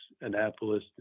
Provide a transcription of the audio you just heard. Annapolis